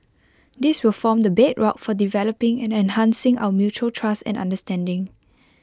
this will form the bedrock for developing and enhancing our mutual trust and understanding